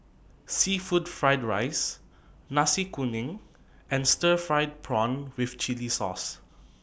Seafood Fried Rice Nasi Kuning and Stir Fried Prawn with Chili Sauce